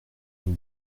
une